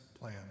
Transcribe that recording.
plan